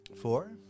Four